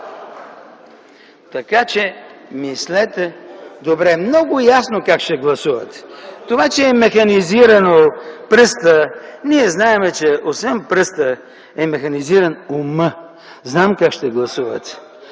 Така, че мислите добре. Много е ясно как ще гласувате. Това, че е механизиран пръстът, ние знаем, че освен пръста е механизиран умът. Знам как ще гласувате.